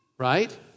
right